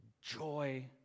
joy